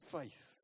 faith